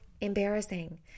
embarrassing